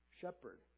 shepherd